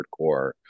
hardcore